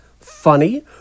funny